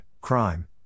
crime